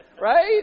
Right